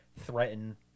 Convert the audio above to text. threaten